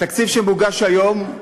התקציב שמוגש היום,